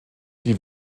die